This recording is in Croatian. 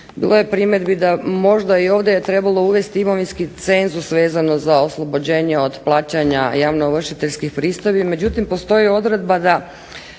bilo je primjedbi da možda ovdje je trebalo uvesti imovinski cenzus vezano za oslobođenje od plaćanja javno ovršiteljskih pristojbi međutim postoji odredba da